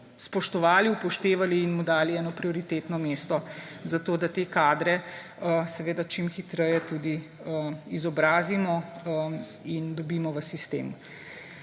spoštovali, upoštevali in mu dali eno prioritetno mesto, zato da te kadre seveda čim hitreje tudi izobrazimo in dobimo v sistem.